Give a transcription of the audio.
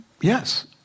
Yes